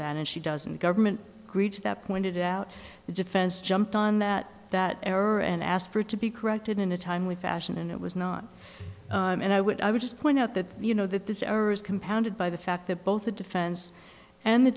that and she doesn't the government agrees that pointed out the defense jumped on that that error and asked for it to be corrected in a timely fashion and it was not and i would i would just point out that you know that this errors compounded by the fact that both the defense and the